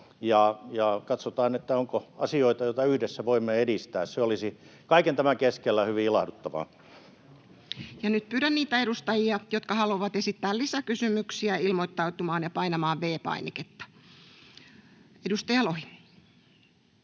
ja katsotaan, onko asioita, joita yhdessä voimme edistää. Se olisi kaiken tämän keskellä hyvin ilahduttavaa. Ja nyt pyydän niitä edustajia, jotka haluavat esittää lisäkysymyksiä, ilmoittautumaan ja painamaan V-painiketta. — Edustaja Lohi.